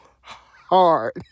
hard